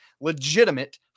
legitimate